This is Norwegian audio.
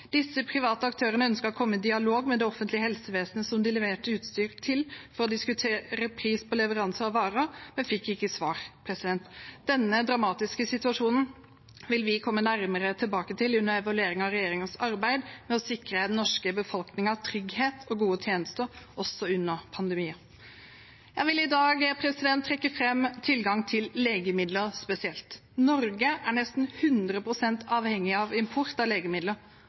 Disse private aktørene ønsket å komme i dialog med det offentlige helsevesenet som de leverte utstyr til, for å diskutere pris på leveranse av varer, men fikk ikke svar. Denne dramatiske situasjonen vil vi komme nærmere tilbake til under evalueringen av regjeringens arbeid med å sikre den norske befolkningen trygghet og gode tjenester, også under pandemien. Jeg vil i dag trekke fram tilgang til legemidler spesielt. Norge er nesten 100 pst. avhengig av import av legemidler.